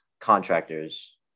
contractors